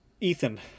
ethan